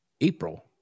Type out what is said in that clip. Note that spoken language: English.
April